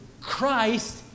Christ